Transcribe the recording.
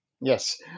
yes